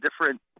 different